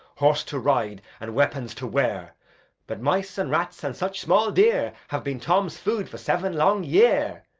horse to ride, and weapons to wear but mice and rats, and such small deer, have been tom's food for seven long year.